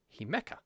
Himeka